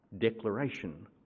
declaration